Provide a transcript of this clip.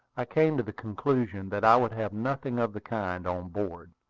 i came to the conclusion that i would have nothing of the kind on board.